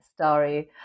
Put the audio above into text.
story